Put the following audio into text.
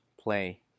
play